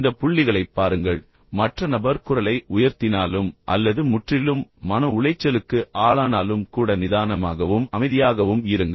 இந்த புள்ளிகளைப் பாருங்கள் மற்ற நபர் குரலை உயர்த்தினாலும் அல்லது முற்றிலும் மன உளைச்சலுக்கு ஆளானாலும் கூட நிதானமாகவும் அமைதியாகவும் இருங்கள்